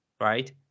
right